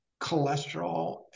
cholesterol